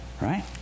right